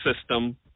system